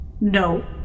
no